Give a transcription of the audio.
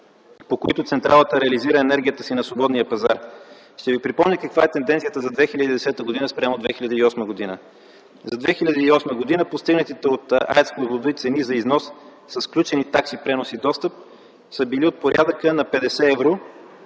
по които централата реализира енергията си на свободния пазар. Ще припомня каква е тенденцията за 2010 г. спрямо 2008 г. За 2008 г. постигнатите от АЕЦ „Козлодуй” цени за износ с включени такси пренос и достъп са били от порядъка на 50 евро